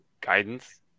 guidance